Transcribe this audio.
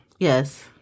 Yes